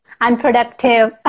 unproductive